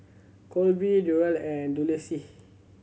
Kolby Durell and Dulcie